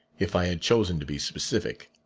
if i had chosen to be specific.